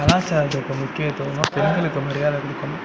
கலாச்சாரத்துக்கு முக்கியத்துவமாக பெண்களுக்கு மரியாதை கொடுக்கணும்